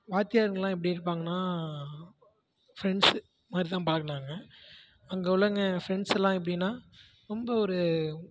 வாத்தியாருங்கெல்லாம் எப்படி இருப்பாங்கன்னால் ஃபிரெண்ட்ஸ் மாதிரி தான் பழகினாங்க அங்கே உள்ளவங்கள் ஃபிரெண்ட்ஸெலாம் எப்படின்னா ரொம்ப ஒரு